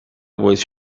was